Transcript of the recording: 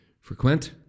frequent